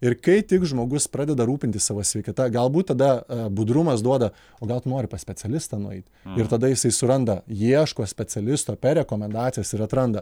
ir kai tik žmogus pradeda rūpintis savo sveikata galbūt tada budrumas duoda o gal tu nori pas specialistą nueit ir tada jisai suranda ieško specialisto per rekomendacijas ir atranda